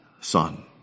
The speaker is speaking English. Son